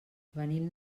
venim